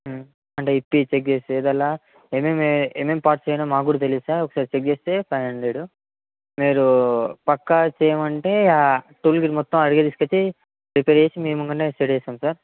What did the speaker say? అంటే విప్పి చెక్ చేస్తే ఏదైన ఏమి ఏమీ ఏమి ఏమి పార్ట్స్ వేయాలో మాకు కూడా తెలియదు సార్ ఒకసారి చెక్ చేస్తే ఫైవ్ హండ్రెడు మీరు పక్క చేయమంటే టూల్ కిట్ మొత్తం ఆడికి తీసుకు వచ్చి రిపేర్ చేసి మీ ముందర ఇన్స్టాల్ చేస్తాం సార్